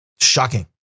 Shocking